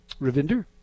Ravinder